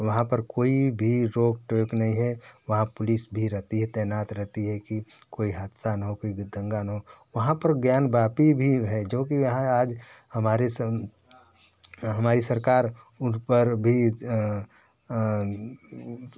वहाँ पर कोई भी रोक टोक नहीं है वहाँ पुलिस भी रहती है तैनात रहती है कि कोई हादसा न हो कोई भी दंगा न हो वहाँ पर ज्ञानवापी भी है जो कि यहाँ आज हमारे स हमारी सरकार उन पर भी